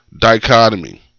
Dichotomy